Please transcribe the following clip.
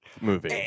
movie